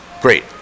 great